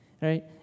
right